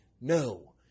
no